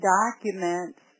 documents